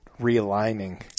realigning